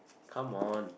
come on